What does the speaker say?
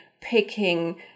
picking